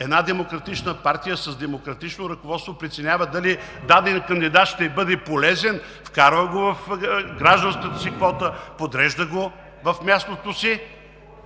една демократична партия, с демократично ръководство, преценява дали даденият кандидат ще бъде полезен, вкарва го в гражданската си квота, подрежда го в мястото си